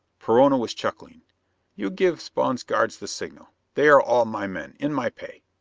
perona was chuckling you give spawn's guards the signal. they are all my men in my pay.